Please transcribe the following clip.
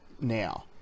now